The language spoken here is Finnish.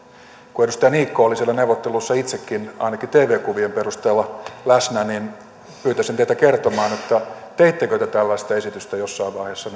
kun edustaja niikko oli siellä neuvotteluissa itsekin ainakin tv kuvien perusteella läsnä niin pyytäisin teitä kertomaan teittekö te tällaista esitystä jossain vaiheessa